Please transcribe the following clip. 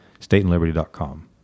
stateandliberty.com